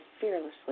fearlessly